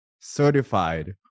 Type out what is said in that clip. certified